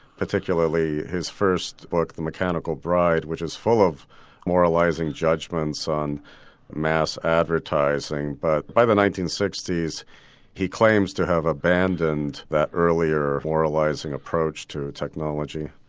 particularly his first book the mechanical bride which is full of moralising judgements on mass advertising. but by the nineteen sixty s he claims to have abandoned that earlier moralising approach to technology.